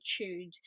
attitude